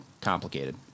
complicated